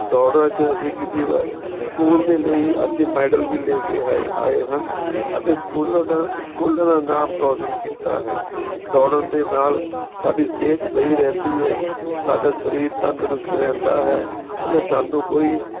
ਦੌੜਾਂ 'ਚ ਅਸੀਂ ਕਿਸੇ ਸਕੂਲ ਦੇ ਲਈ ਅਸੀਂ ਮੈਡਲ ਵੀ ਲੈ ਕੇ ਆਏ ਆਏ ਹਨ ਅਤੇ ਸਕੂਲਾਂ ਦਾ ਸਕੂਲਾਂ ਦਾ ਨਾਮ ਰੋਸ਼ਨ ਕੀਤਾ ਹੈ ਦੌੜਨ ਦੇ ਨਾਲ ਸਾਡੀ ਸਿਹਤ ਸਹੀ ਰਹਿੰਦੀ ਹੈ ਸਾਡਾ ਸਰੀਰ ਤੰਦਰੁਸਤ ਰਹਿੰਦਾ ਹੈ ਅਤੇ ਸਾਨੂੰ ਕੋਈ